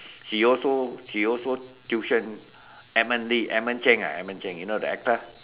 he also she also tution Edmund Lee Edmund Cheng ah Edmund Cheng you know the actor